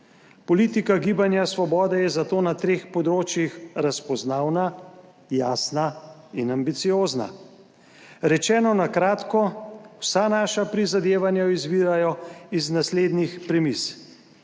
Politika Gibanja Svobode je zato na treh področjih razpoznavna, jasna in ambiciozna. Rečeno na kratko, vsa naša prizadevanja izvirajo iz naslednjih premis,